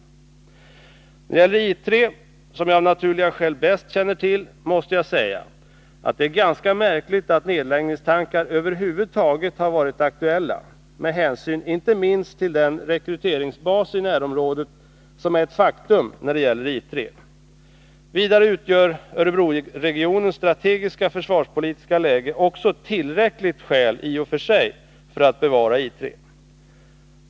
I fråga om I 3, som jag av naturliga skäl bäst känner till, måste jag säga att det är ganska märkligt att nedläggningstankar över huvud taget har varit aktuella, inte minst med hänsyn till den rekryteringsbas i närområdet som är ett faktum när det gäller I 3. Vidare utgör Örebroregionens strategiska försvarspolitiska läge ett tillräckligt skäl i och för sig för att bevara I 3. Herr talman!